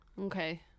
Okay